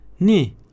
Ni